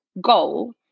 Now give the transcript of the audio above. goal